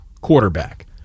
quarterback